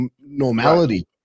normality